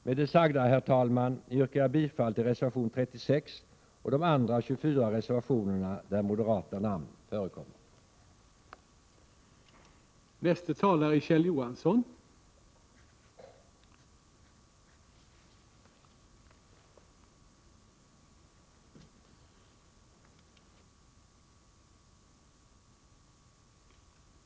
Med det sagda, herr talman, yrkar jag bifall till reservation 36 och de andra 24 reservationerna där moderata namn förekommer.